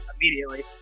immediately